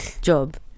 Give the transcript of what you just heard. job